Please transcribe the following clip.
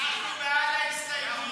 אנחנו בעד ההסתייגות.